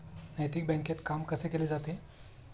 नैतिक बँकेत काम कसे केले जाते?